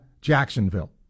Jacksonville